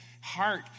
heart